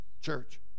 Church